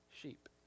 sheep